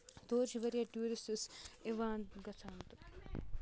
تور چھِ واریاہ ٹوٗرِشٹٕس یِوان گژھان تہٕ